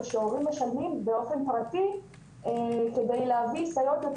זה שהורים משלמים באופן פרטי כדי להביא סייעות יותר